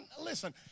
Listen